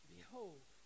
Behold